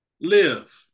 Live